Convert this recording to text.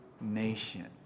nation